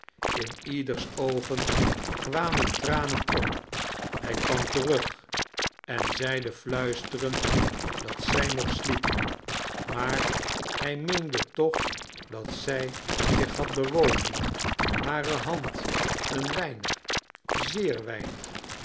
in ieders oogen kwamen tranen op hij kwam terug en zeide fluisterend dat zij nog sliep maar hij meende toch dat zij zich had bewogen hare hand een weinig zeer weinig